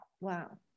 wow